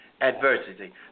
adversity